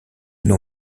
nos